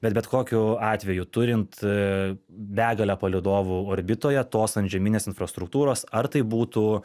bet bet kokiu atveju turint begalę palydovų orbitoje tos antžeminės infrastruktūros ar tai būtų